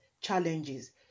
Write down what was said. challenges